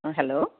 hello